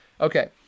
Okay